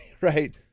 right